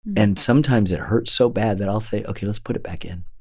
and sometimes it hurts so bad that i'll say, ok, let's put it back in,